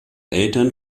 eltern